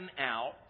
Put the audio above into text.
out